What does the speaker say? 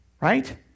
Right